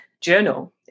journal